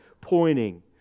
pointing